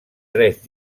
tres